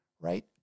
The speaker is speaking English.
right